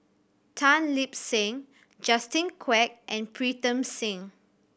Tan Lip Seng Justin Quek and Pritam Singh